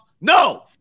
No